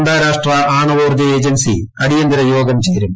അന്താരാഷ്ട്ര ആണവോർജ്ജ ഏജൻസി അടിയന്തിര യോഗം ചേരും